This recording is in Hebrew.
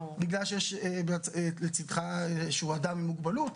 בגלל שיש לצידך אדם עם מוגבלות,